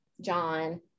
john